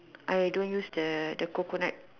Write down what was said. I don't use the the coconut